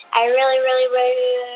i really, really, really,